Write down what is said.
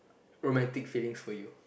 romantic feelings for you